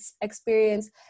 experience